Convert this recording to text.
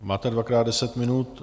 Máte dvakrát deset minut.